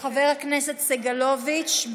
חבר הכנסת סגלוביץ'?